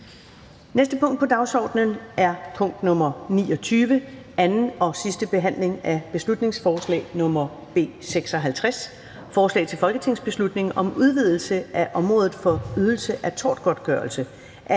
næste punkt på dagsordenen er: 29) 2. (sidste) behandling af beslutningsforslag nr. B 56: Forslag til folketingsbeslutning om udvidelse af området for ydelse af tortgodtgørelse.